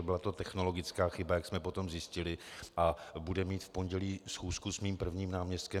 Byla to technologická chyba, jak jsme potom zjistili, a budu mít v pondělí schůzku s mým prvním náměstkem.